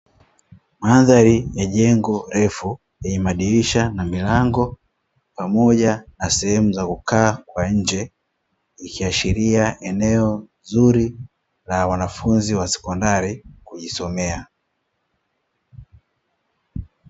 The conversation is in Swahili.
Mandhari ya jengo refu, lenye madirisha na milango pamoja na sehemu za kukaa kwa nje, ikiashiria eneo zuri la wanafunzi wa sekondari kujisomea.